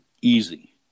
easy